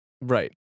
Right